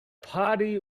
party